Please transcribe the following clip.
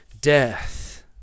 death